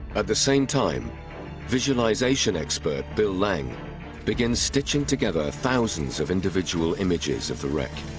at the same time visualization expert bill lang begins stitching together thousands of individual images of the wreck.